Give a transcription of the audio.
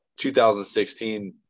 2016